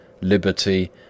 liberty